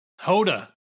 Hoda